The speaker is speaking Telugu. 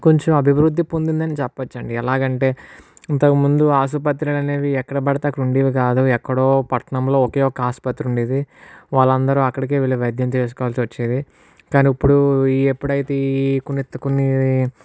కొంచెం అభివృద్ధి పొందింది అని చెప్పచ్చు అండి ఎలాగంటే ఇంతక ముందు ఆసుపత్రులు అనేవి ఎక్కడపడితే అక్కడ ఉండేవి కాదు ఎక్కడో పట్టణంలో ఒకే ఒక ఆసుపత్రి ఉండేది వాళ్ళందరు అక్కడకే వెళ్ళి వైద్యం చేసుకోవాల్సి వచ్చేది కానీ ఇప్పుడు ఎప్పుడైతే ఈ కొన్నిఅయితే కొన్ని